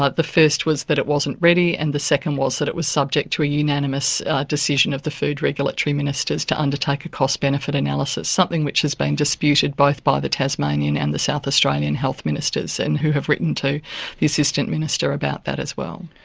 ah the first was that it wasn't ready, and the second was that it was subject to a unanimous decision of the food regulatory ministers to undertake a cost-benefit analysis, something which has been disputed both by the tasmanian and the south australian health ministers, and who have written to the assistant minister about that as well.